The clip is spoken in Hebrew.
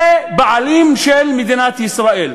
זה בעלים של מדינת ישראל,